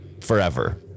forever